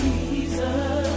Jesus